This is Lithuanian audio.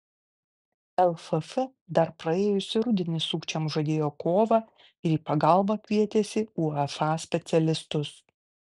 lff dar praėjusį rudenį sukčiams žadėjo kovą ir į pagalbą kvietėsi uefa specialistus